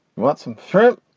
want some shrimp?